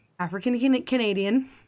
African-Canadian